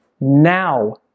Now